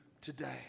today